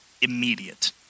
immediate